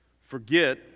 forget